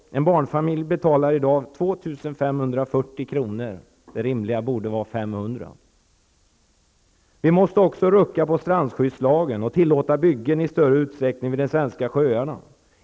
En barnfamilj betalar i dag 2 540 kr. Den rimliga kostnaden borde vara 500 kr. q Vi måste också rucka på strandskyddslagen och tillåta byggen i större utsträckning vid de svenska sjöarna.